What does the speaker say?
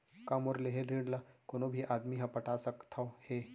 का मोर लेहे ऋण ला कोनो भी आदमी ह पटा सकथव हे?